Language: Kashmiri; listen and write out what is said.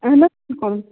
اہَن حَظ بِلکُل